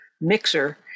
mixer